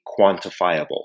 quantifiable